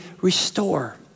restore